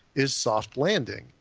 is soft landing,